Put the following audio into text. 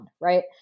right